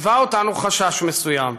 ליווה אותנו חשש מסוים,